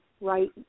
right